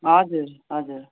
हजुर हजुर